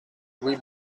louis